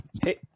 Hey